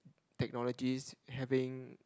technologies having